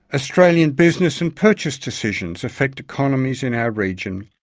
australian business and purchase decisions affect economies in our region.